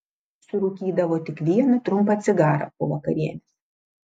surūkydavo tik vieną trumpą cigarą po vakarienės